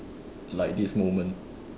like this moment